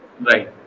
Right